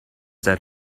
that